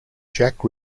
jack